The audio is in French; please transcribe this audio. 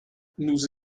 nous